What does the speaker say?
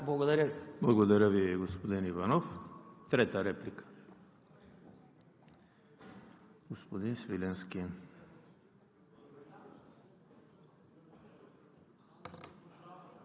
Благодаря Ви, господин Иванов. Трета реплика – господин Свиленски.